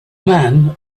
man